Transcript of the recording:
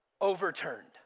overturned